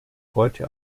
heute